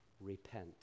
repent